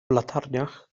latarniach